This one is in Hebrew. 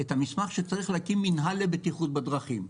את המסמך שצריך להקים מינהל לבטיחות בדרכים.